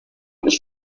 nicht